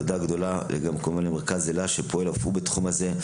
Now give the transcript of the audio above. תודה גדולה גם למרכז אלה שפועל אף הוא בתחום זה,